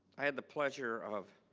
i had the pleasure of